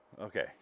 Okay